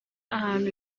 ahantu